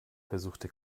versuchte